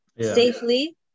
safely